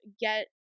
get